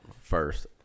first